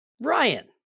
Ryan